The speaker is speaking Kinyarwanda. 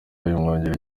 bimwongerera